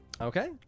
Okay